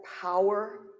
power